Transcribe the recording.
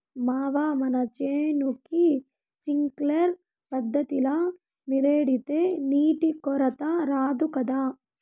మావా మన చేనుకి సింక్లర్ పద్ధతిల నీరెడితే నీటి కొరత రాదు గదా